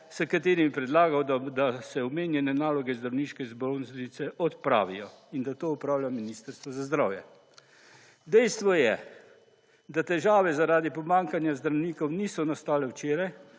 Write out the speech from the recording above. s katerimi predlagamo, da se omenjene naloge zdravniške zbornice odpravijo in da to opravlja Ministrstvo za zdravje. Dejstvo je, da težave zaradi pomanjkanja zdravnikov niso nastale včeraj,